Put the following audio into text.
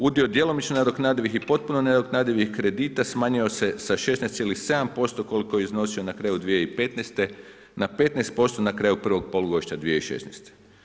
Udio djelomično nadoknadivih i potpuno nadoknadivih kredita smanjuje se sa 16,7% koliko je iznosio na kraju 2015. na 15% na kraju prvog polugodišta 2016.